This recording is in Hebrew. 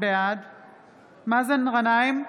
בעד מאזן גנאים,